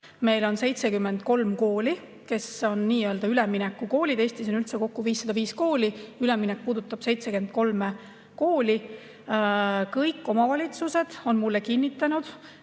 Meil on 73 kooli, kes on nii-öelda üleminekukoolid. Eestis on üldse kokku 505 kooli, üleminek puudutab 73 kooli. Kõik omavalitsused on mulle kinnitanud,